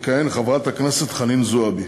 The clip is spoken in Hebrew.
תכהן חברת הכנסת חנין זועבי,